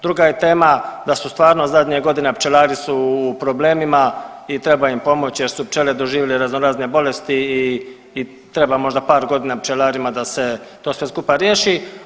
Druga je tema da su stvarno zadnjih godina pčelari su u problemima i treba im pomoći jer su pčele doživjele razno razne bolesti i treba možda par godina pčelarima da se to sve skupa riješi.